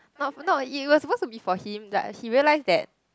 not for not it was supposed to be for him but he realized that